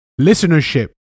listenership